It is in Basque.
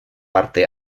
parte